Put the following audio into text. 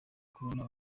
kubona